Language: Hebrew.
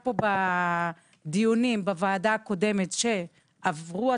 בדיונים של הוועדה הקודמת, כשעברו התקנות,